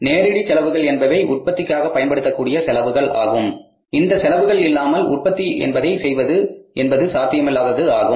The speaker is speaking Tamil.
நேரடி செலவுகள் என்பவை உற்பத்திக்காக பயன்படுத்தக்கூடிய செலவுகள் ஆகும் இந்த செலவுகள் இல்லாமல் உற்பத்தி என்பதை செய்வது என்பது சாத்தியமில்லாதது ஆகும்